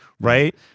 Right